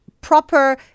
proper